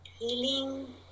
healing